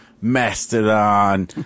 Mastodon